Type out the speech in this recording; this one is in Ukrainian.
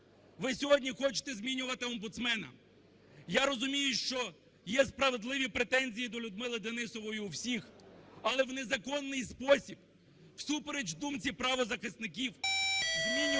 Ви сьогодні хочете змінювати омбудсмена. Я розумію, що є справедливі претензії до Людмили Денісової у всіх. Але в незаконний спосіб, всупереч думці правозахисників, змінювати